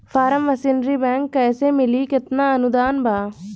Form machinery bank कैसे मिली कितना अनुदान बा?